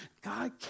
God